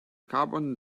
carbon